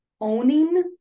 owning